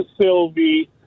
Sylvie